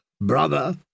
brother